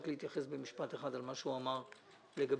להתייחס במשפט אחד למה שהוא אמר לגבי